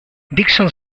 dixon